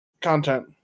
Content